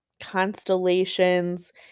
constellations